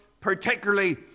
particularly